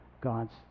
God's